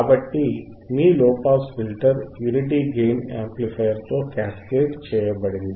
కాబట్టి మీ low pass filter unity gain amplifier తో క్యాస్కేడ్ చేయబడింది